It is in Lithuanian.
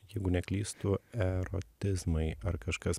jeigu neklystu erotizmai ar kažkas